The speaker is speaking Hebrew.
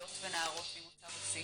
הפידבקים הם מאוד גבוהים במיוחד מהגברים.